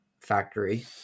factory